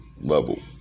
level